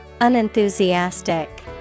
Unenthusiastic